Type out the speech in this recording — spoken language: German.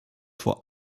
vor